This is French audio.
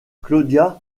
claudia